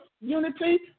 unity